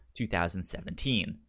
2017